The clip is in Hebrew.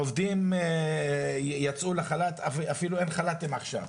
עובדים יצאו לחל"ת ואפילו אין חל"תים עכשיו,